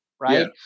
right